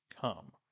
come